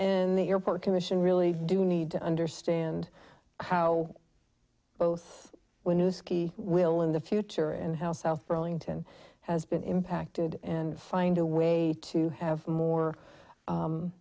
and the airport commission really do need to understand how both windows key will in the future and how south burlington has been impacted and find a way to have more